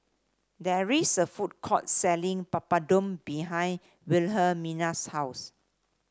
there is a food court selling Papadum behind Wilhelmina's house